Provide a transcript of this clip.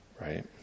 Right